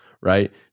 right